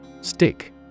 Stick